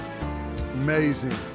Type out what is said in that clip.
amazing